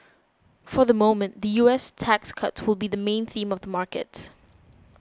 for the moment the U S tax cuts will be the main theme of the markets